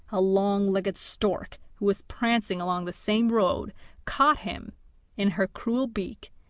a long-legged stork who was prancing along the same road caught him in her cruel beak,